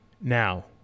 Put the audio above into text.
Now –